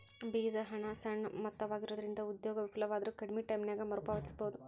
ಬೇಜದ ಹಣ ಸಣ್ಣ ಮೊತ್ತವಾಗಿರೊಂದ್ರಿಂದ ಉದ್ಯೋಗ ವಿಫಲವಾದ್ರು ಕಡ್ಮಿ ಟೈಮಿನ್ಯಾಗ ಮರುಪಾವತಿಸಬೋದು